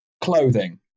Clothing